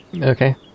Okay